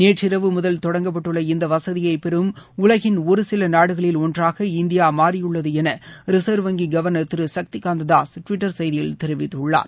நேற்று இரவு முதல் தொடங்கப்பட்டுள்ள இந்த வசதியை பெறும் உலகின் ஒருசில நாடுகளில் ஒன்றாக இந்தியா மாறியுள்ளது என ரிசா்வ் வங்கி கவர்னா் திரு சக்தி காந்ததாஸ் டுவிட்டர் செய்தியில் தெரிவித்துள்ளார்